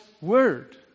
word